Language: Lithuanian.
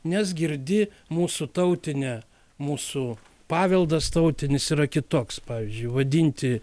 nes girdi mūsų tautinę mūsų paveldas tautinis yra kitoks pavyzdžiui vadinti